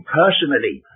personally